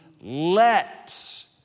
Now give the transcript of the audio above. let